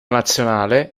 nazionale